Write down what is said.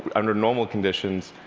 under normal conditions,